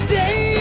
day